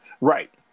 right